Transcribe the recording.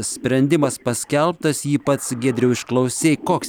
sprendimas paskelbtas jį pats giedriau išklausei koks